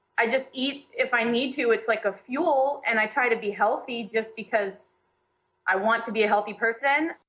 i just eat if i need to. it's like a fuel and i try to be healthy just, because i want to be a healthy person,